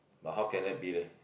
but how can that be leh